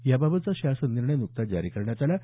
याबाबतचा शासन निर्णय नुकताच जारी करण्यात आला आहे